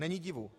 Není divu.